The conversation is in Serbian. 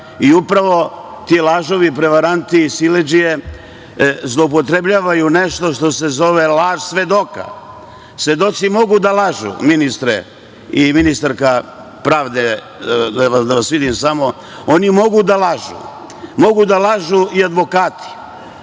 i upravo ti lažovi, prevaranti, siledžije zloupotrebljavaju nešto što se zove laž svedoka. Svedoci mogu da lažu, ministre i ministarka pravde. Oni mogu da lažu, mogu da lažu i advokati,